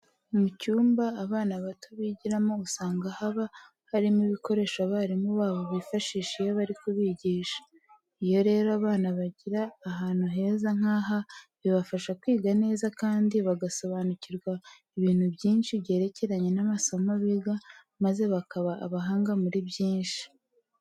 Mu cyumba abana bato bigiramo usanga haba harimo ibikoresho abarimu babo bifashisha iyo bari kubigisha. Iyo rero abana bigira ahantu heza nk'aha bibafasha kwiga neza kandi bagasobanukirwa ibintu byinshi byerekeranye n'amasomo biga maze bakaba abahanga muri byinshi.